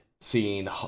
seeing